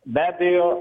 be abejo